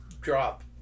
drop